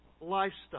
lifestyle